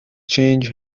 change